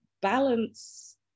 balance